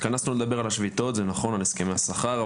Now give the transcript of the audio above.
התכנסו כאן בכדי לדבר על השביתות ועל הסכמי השכר.